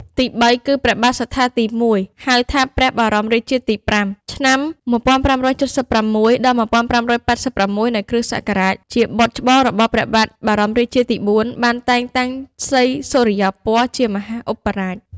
ទីបីគឺ ព្រះបាទសត្ថាទី១ ហៅថា បរមរាជាទី៥ ឆ្នាំ ១៥៧៦-១៥៨៦ នៃគ្រិស្តសករាជ ជាបុត្រច្បងរបស់ព្រះបាទបរមរាជាទី៤ បានតែងតាំងស្រីសុរិយោពណ៌ជាមហាឧបរាជ។